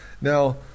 Now